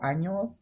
Años